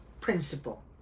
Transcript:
principle